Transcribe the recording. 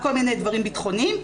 כל מיני דברים ביטחוניים,